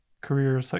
career